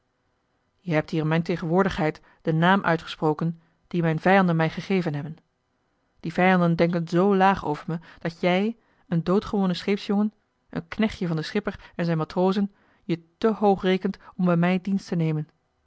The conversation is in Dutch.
jij hebt hier in mijn tegenwoordigheid den naam uitgesproken dien mijn vijanden mij gegeven hebben die vijanden denken z laag over me dat jij een joh h been paddeltje de scheepsjongen van michiel de ruijter doodgewone scheepsjongen een knechtje van den schipper en zijn matrozen je te hoog rekent om bij mij dienst te nemen